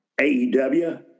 AEW